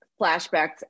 flashbacks